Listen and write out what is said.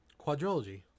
Quadrilogy